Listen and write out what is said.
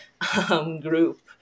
group